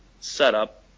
setup